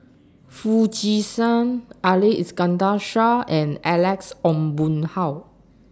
Foo Chee San Ali Iskandar Shah and Alex Ong Boon Hau